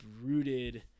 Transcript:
rooted